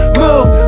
move